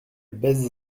baise